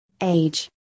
age